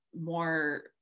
more